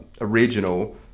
original